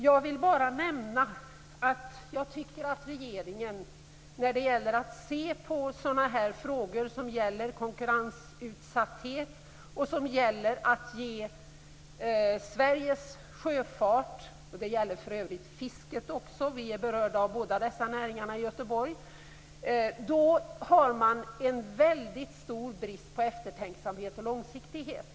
Jag vill bara nämna att jag tycker att regeringen i frågor om konkurrensutsatthet och när det gäller Sveriges sjöfart och även fiske - vi är berörda av båda dessa näringar i Göteborg - har en väldigt stor brist på eftertänksamhet och långsiktighet.